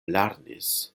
lernis